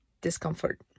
discomfort